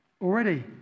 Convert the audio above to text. already